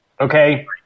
okay